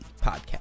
podcast